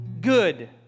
good